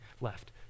left